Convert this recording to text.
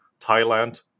Thailand